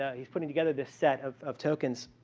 yeah he's putting together this set of of tokens,